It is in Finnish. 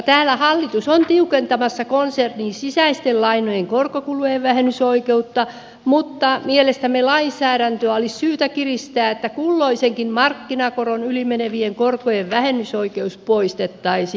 täällä hallitus on tiukentamassa konsernin sisäisten lainojen korkokulujen vähennysoikeutta mutta mielestämme lainsäädäntöä olisi syytä kiristää niin että kulloisenkin markkinakoron yli menevien korkojen vähennysoikeus poistettaisiin